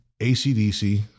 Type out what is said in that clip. ACDC